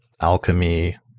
alchemy